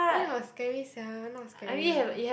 where got scary sia not scary lah